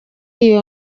iyi